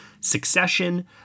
Succession